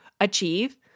achieve